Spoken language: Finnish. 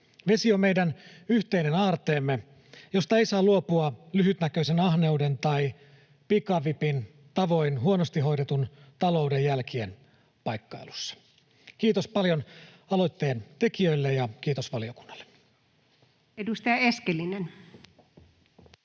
Vesi on meidän yhteinen aarteemme, josta ei saa luopua lyhytnäköisen ahneuden tai pikavipin tavoin huonosti hoidetun talouden jälkien paikkailussa. Kiitos paljon aloitteen tekijöille ja kiitos valiokunnalle. [Speech